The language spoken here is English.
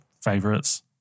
favorites